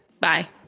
Bye